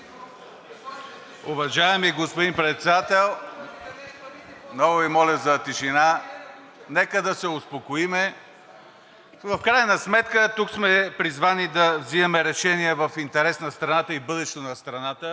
Уважаеми господин Председател! (Шум и реплики.) Много Ви моля за тишина, нека да се успокоим – в крайна сметка тук сме призвани да взимаме решения в интерес на страната и бъдещето на страната!